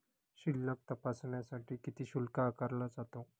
शिल्लक तपासण्यासाठी किती शुल्क आकारला जातो?